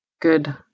good